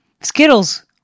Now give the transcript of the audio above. Skittles